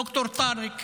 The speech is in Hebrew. ד"ר טארק